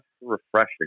refreshing